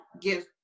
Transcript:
give